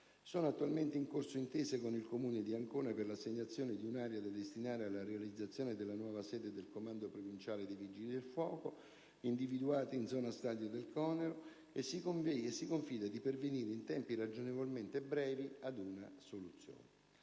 Sono attualmente in corso intese con il Comune di Ancona per l'assegnazione di un'area da destinare alla realizzazione della nuova sede del comando provinciale dei Vigili del fuoco, individuata in zona stadio del Conero, e si confida di pervenire in tempi ragionevolmente brevi ad una soluzione.